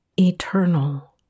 eternal